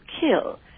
kill